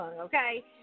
Okay